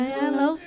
hello